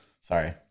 Sorry